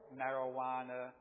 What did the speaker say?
marijuana